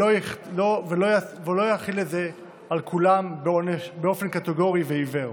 ולא יחיל את זה על כולם באופן קטגורי ועיוור.